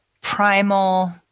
primal